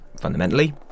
Fundamentally